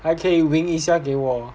还可以 wink 一下给我